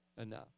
enough